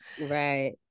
right